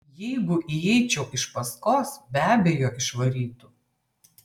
jeigu įeičiau iš paskos be abejo išvarytų